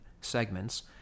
segments